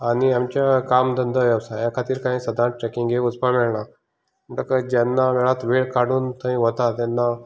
आनी आमच्या काम धंदो वेवसाया खातीर कांय सदांच ट्रेकिंगेक वचपा मेळना म्हणटकच जेन्ना वेळांत वेळ काडून थंय वता तेन्ना